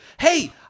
Hey